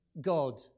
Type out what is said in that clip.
God